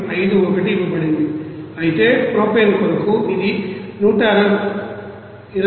51 ఇవ్వబడింది అయితే ప్రొపేన్ కొరకు ఇది 125